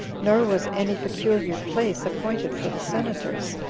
nor was any peculiar place appointed for the senators,